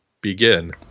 begin